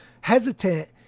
hesitant